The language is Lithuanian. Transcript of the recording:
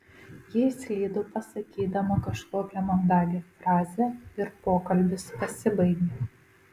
ji išslydo pasakydama kažkokią mandagią frazę ir pokalbis pasibaigė